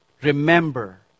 Remember